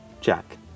Jack